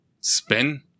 spin